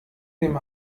dem